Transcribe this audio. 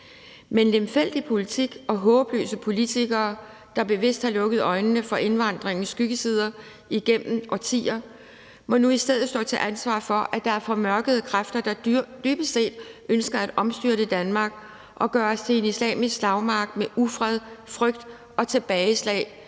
Men lemfældig politik og håbløse politikere, der bevidst har lukket øjnene for indvandringens skyggesider igennem årtier, må nu i stedet stå til ansvar for, at der er formørkede kræfter, der dybest set ønsker at omstyrte Danmark og gøre os til en islamisk slagmark med ufred, frygt og tilbageslag